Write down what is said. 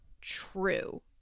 true